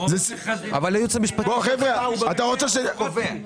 --- אבל מה זה קשור?